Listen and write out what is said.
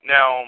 Now